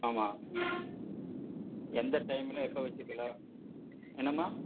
ஆமாம் எந்த டைமில் எப்போ வெச்சுக்கலாம் என்னம்மா